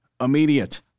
immediate